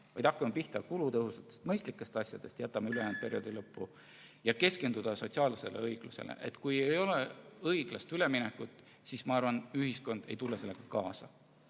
vaid hakkame pihta kulutõhusatest, mõistlikest asjadest. Jätame ülejäänu perioodi lõppu. Ja keskendume sotsiaalsele õiglusele. Kui ei ole õiglast üleminekut, siis ma arvan, et ühiskond ei tule sellega